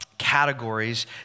categories